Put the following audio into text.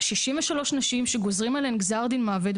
כ-63 נשים שגוזרים עליהן גזר דין מוות,